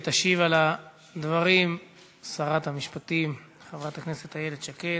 תשיב על הדברים שרת המשפטים חברת הכנסת איילת שקד.